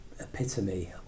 epitome